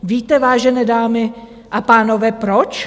Víte, vážené dámy a pánové, proč?